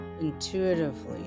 intuitively